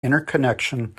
interconnection